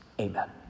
Amen